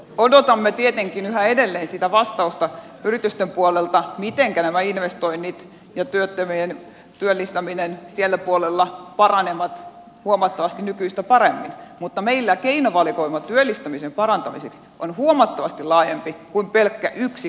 odotamme tietenkin yhä edelleen sitä vastausta yritysten puolelta mitenkä nämä investoinnit ja työttömien työllistäminen sillä puolella paranevat huomattavasti nykyistä paremmin mutta meillä keinovalikoima työllistämisen parantamiseksi on huomattavasti laajempi kuin pelkkä yksi kasvurahasto